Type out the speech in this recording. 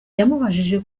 yamubajije